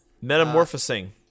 Metamorphosing